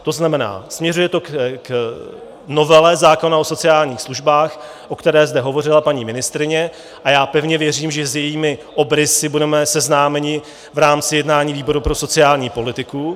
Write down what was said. To znamená, směřuje to k novele zákona o sociálních službách, o které zde hovořila paní ministryně, a já pevně věřím, že s jejími obrysy budeme seznámeni v rámci jednání výboru pro sociální politiku.